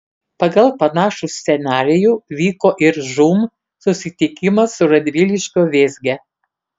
pagal panašų scenarijų vyko ir žūm susitikimas su radviliškio vėzge